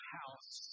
house